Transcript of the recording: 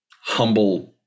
humble